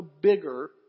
bigger